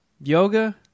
Yoga